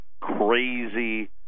crazy